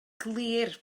glir